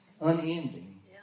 Unending